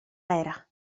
era